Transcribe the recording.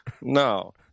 No